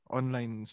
online